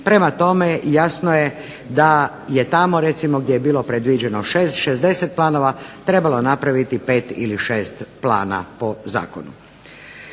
Prema tome, jasno je da je tamo recimo gdje je bilo predviđeno 60 planova trebalo napraviti pet ili šest plana po zakonu.